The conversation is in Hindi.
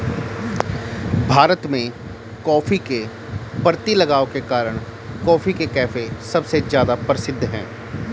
भारत में, कॉफ़ी के प्रति लगाव के कारण, कॉफी के कैफ़े सबसे ज्यादा प्रसिद्ध है